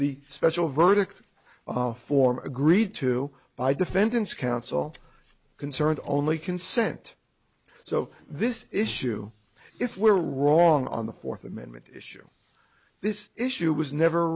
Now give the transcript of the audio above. the special verdict form agreed to by defendant's counsel concerned only consent so this issue if we're wrong on the fourth amendment issue this issue was never